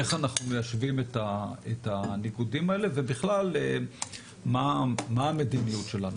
איך אנחנו מיישבים את הניגודים האלה ובכלל מה המדיניות שלנו.